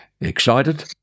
Excited